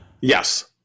Yes